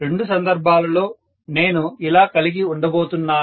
రెండు సందర్భాల్లో నేను ఇలా కలిగి ఉండబోతున్నాను